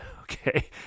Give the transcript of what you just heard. Okay